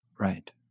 Right